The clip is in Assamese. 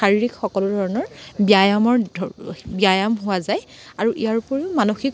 শাৰীৰিক সকলো ধৰণৰ ব্যায়ামৰ ব্যায়াম হোৱা যায় আৰু ইয়াৰ উপৰিও মানসিক